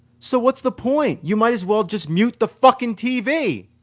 so what's the point? you might as well just mute the fucking tv!